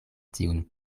tiun